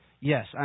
Yes